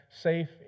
safe